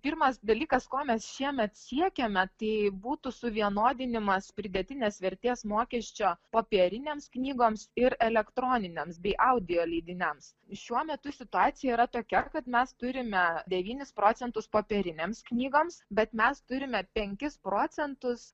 pirmas dalykas ko mes šiemet siekiame tai būtų suvienodinimas pridėtinės vertės mokesčio popierinėms knygoms ir elektroniniams bei audio leidiniams šiuo metu situacija yra tokia kad mes turime devynis procentus popierinėms knygoms bet mes turime penkis procentus